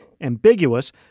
ambiguous